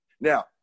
Now